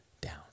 down